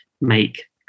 make